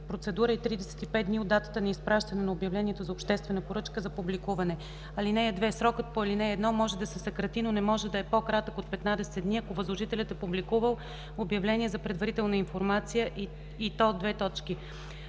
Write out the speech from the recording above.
процедура е 35 дни от датата на изпращане на обявлението за обществена поръчка за публикуване. (2) Срокът по ал. 1 може да се съкрати, но не може да е по-кратък от 15 дни, ако възложителят е публикувал обявление за предварителна информация и то: 1.